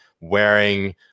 wearing